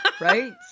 Right